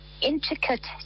intricate